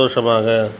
சந்தோஷமாக